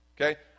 Okay